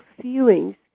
feelings